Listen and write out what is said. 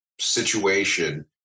situation